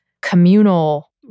communal